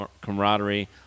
camaraderie